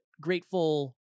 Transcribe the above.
grateful